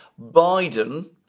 Biden